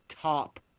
top